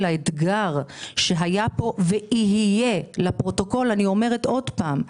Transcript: האתגר שהיה פה ויהיה אני אומרת עוד פעם,